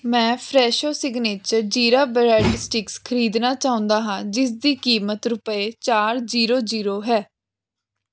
ਮੈਂ Fresho signature jeera bread sticks ਖਰੀਦਣਾ ਚਾਹੁੰਦਾ ਹਾਂ ਜਿਸ ਦੀ ਕੀਮਤ ਰੁਪਏ ਚਾਰ ਜੀਰੋ ਜੀਰੋ ਹੈ